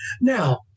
Now